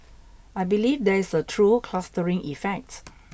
I believe there is a true clustering effect